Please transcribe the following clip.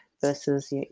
versus